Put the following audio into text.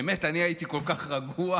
באמת, אני הייתי כל כך רגוע,